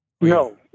No